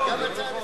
אפשר גם הצעה לסדר?